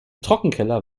trockenkeller